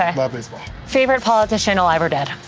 um love baseball. favorite politician, alive or dead?